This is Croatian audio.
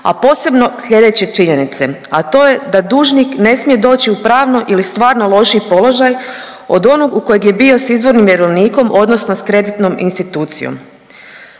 a posebno sljedeće činjenice, a to je da dužnik ne smije doći u pravno ili stvarno lošiji položaj od onog u kojem je bio s izvornim vjerovnikom odnosno s kreditnom institucijom.